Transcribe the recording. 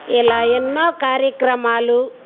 ఇలా ఎన్నో కార్యక్రమాలు